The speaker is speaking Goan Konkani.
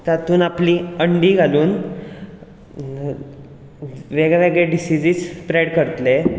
तातूंत आपली अंडी घालून वेगळे वेगळे डिसिजीस स्प्रेड करतले